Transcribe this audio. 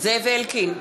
זאב אלקין,